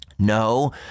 No